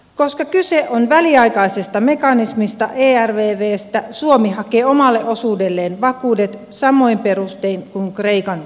koska kyse on väliaikaisesta mekanismista ervvstä suomi hakee omalle osuudelleen vakuudet samoin perustein kuin kreikan kohdalla